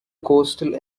coastal